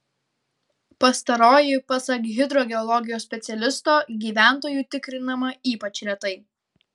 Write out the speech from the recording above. pastaroji pasak hidrogeologijos specialisto gyventojų tikrinama ypač retai